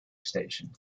station